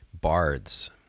bards